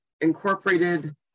incorporated